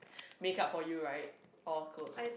make up for you right or clothes